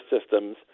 systems